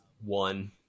one